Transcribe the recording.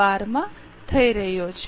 12 માં થઈ રહ્યો છે